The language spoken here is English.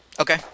Okay